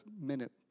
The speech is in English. minute